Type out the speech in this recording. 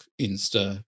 Insta